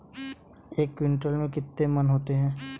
एक क्विंटल में कितने मन होते हैं?